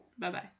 Bye-bye